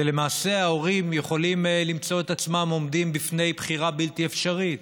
ולמעשה ההורים יכולים למצוא את עצמם עומדים בפני בחירה בלתי אפשרית.